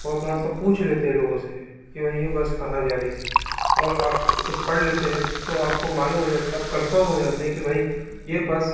वो थोड़ा सा पूछ लेते हैं लोगों से कि भई ये बस कहाँ जा रही है और आप जब पढ़ लेते हैं तो आपको मालूम हो जाता है आप कंफर्म हो जाते हैं कि भई ये बस